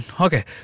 okay